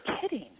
kidding